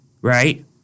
right